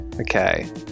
Okay